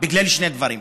בגלל שני דברים.